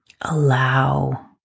allow